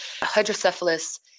hydrocephalus